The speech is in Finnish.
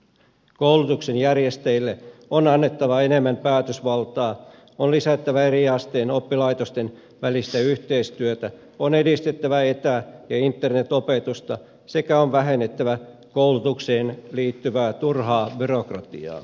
koulutuksen järjestäjille on annettava enemmän päätösvaltaa on lisättävä eri asteen oppilaitosten välistä yhteistyötä on edistettävä etä ja internetope tusta sekä on vähennettävä koulutukseen liittyvää turhaa byrokratiaa